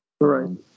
Right